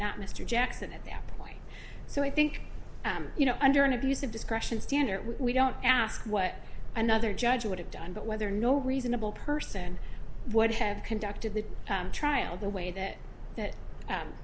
not mr jackson at that point so i think you know under an abuse of discretion standard we don't ask what another judge would have done but whether no reasonable person would have conducted the trial the way that that